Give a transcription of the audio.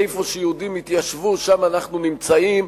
איפה שיהודים התיישבו שם אנחנו נמצאים,